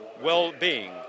well-being